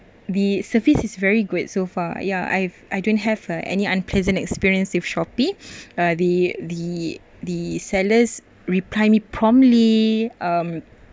the service is very good so far ya I've I don't have uh any unpleasant experience with shopee uh the the the sellers reply me promptly um